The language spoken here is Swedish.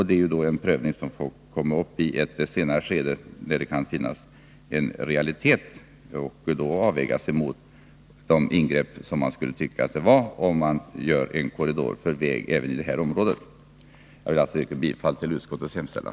Det är en prövning som kommer upp i ett senare skede, när ett förslag har blivit en realitet, och det får då avvägas mot de ingrepp det skulle innebära att lägga ut en korridor för väg även i detta område. Jag yrkar bifall till utskottets hemställan.